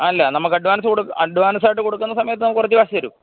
അതല്ല നമുക്ക് അഡ്വാൻസ് ആയിട്ട് കൊടുക്കുന്ന സമയത്ത് നമുക്ക് കുറച്ച് കാശ് തരും